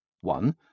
One